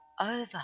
over